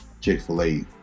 Chick-fil-A